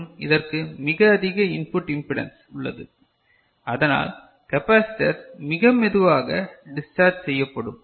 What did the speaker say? மற்றும் இதற்கு மிக அதிக இன்புட் இம்பெடன்ஸ் உள்ளது அதனால் கெப்பாசிட்டர் மிக மெதுவாக டிஸ்சார்ஜ் செய்யப்படும்